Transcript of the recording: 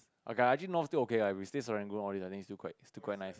Agayaji North is still good okay lah with still Serangoon or to the next too quite quite nice